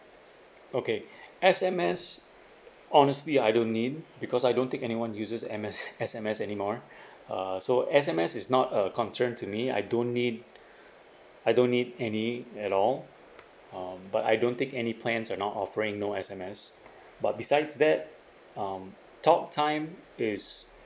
okay S_M_S honestly I don't need because I don't think anyone uses M_S S_M_S anymore uh so S_M_S is not a concern to me I don't need I don't need any at all um but I don't think any plans that not offering no S_M_S but besides that um talk time is